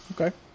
Okay